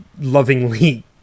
lovingly